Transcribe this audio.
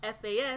FAS